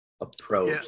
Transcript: approach